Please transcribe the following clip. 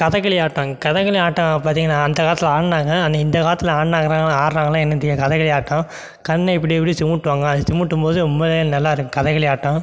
கதகளி ஆட்டம் கதகளி ஆட்டம் பார்த்தீங்கன்னா அந்தக் காலத்தில் ஆடினாங்க ஆனால் இந்தக் காலத்தில் ஆடினாங்கிறாங்க ஆனால் ஆடுகிறாங்களா என்னென்னு தெரியாது கதகளி ஆட்டம் கண்ணை இப்படி இப்படி சிமிட்டுவாங்க அது சிமிட்டும் போது உண்மையிலேயே நல்லாயிருக்கும் கதகளி ஆட்டம்